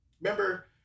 Remember